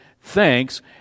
thanks